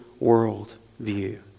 worldview